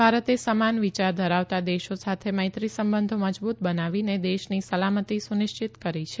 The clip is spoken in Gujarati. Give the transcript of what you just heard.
ભારતે સમાન વિયાર ધરાવતા દેશો સાથે મૈત્રી સંબંધો મજબૂત બનાવીને દેશની સલામતી સુનિશ્ચિત કરી છે